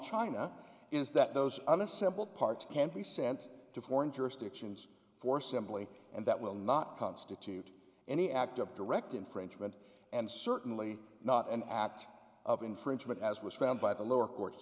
china is that those unassembled parts can be sent to foreign jurisdictions for simply and that will not constitute any act of direct infringement and certainly not an act of infringement as was found by the lower court